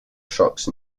shocks